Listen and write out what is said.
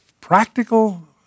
practical